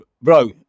bro